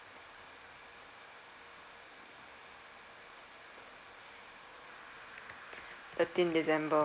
thirteen december